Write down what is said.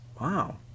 Wow